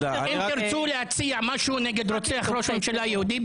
אם תרצו להציע משהו נגד רוצח ראש הממשלה היהודי,